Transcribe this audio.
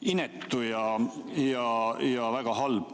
inetu ja väga halb